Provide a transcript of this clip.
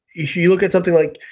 you so you will get something like,